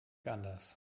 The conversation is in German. anders